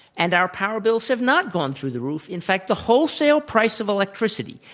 and our power bills have not gone through the roof. in fact, the wholesale price of electricity,